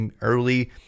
early